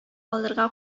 аларга